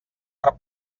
per